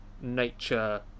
nature